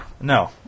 No